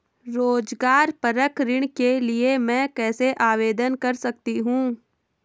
रोज़गार परक ऋण के लिए मैं कैसे आवेदन कर सकतीं हूँ?